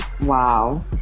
Wow